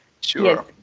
Sure